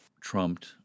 trumped